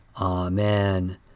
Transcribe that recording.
Amen